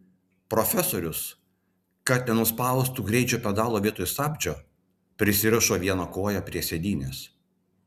profesorius kad nenuspaustų greičio pedalo vietoj stabdžio prisirišo vieną koją prie sėdynės